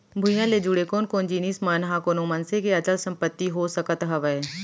भूइयां ले जुड़े कोन कोन जिनिस मन ह कोनो मनसे के अचल संपत्ति हो सकत हवय?